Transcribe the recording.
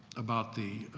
about the,